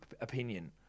opinion